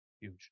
Huge